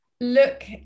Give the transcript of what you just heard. look